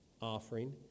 offering